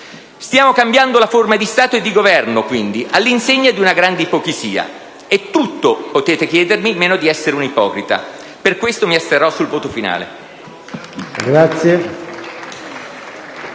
quindi cambiando la forma di Stato e di Governo all'insegna di una grande ipocrisia, e tutto potete chiedermi meno che di essere un ipocrita. Per questo mi asterrò dalla votazione finale.